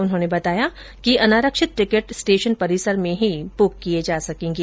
उन्होंने बताया कि अनारक्षित टिकट स्टेशन परिसर में ही बुक किए जा सकेंगे